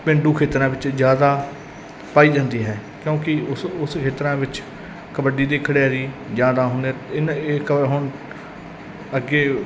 ਪੇਂਡੂ ਖੇਤਰਾਂ ਵਿੱਚ ਜ਼ਿਆਦਾ ਪਾਈ ਜਾਂਦੀ ਹੈ ਕਿਉਂਕਿ ਉਸ ਉਸ ਖੇਤਰਾਂ ਵਿੱਚ ਕਬੱਡੀ ਦੇ ਖਿਡਾਰੀ ਜ਼ਿਆਦਾ ਹੁਣ ਇਹ ਹੁਣ ਅੱਗੇ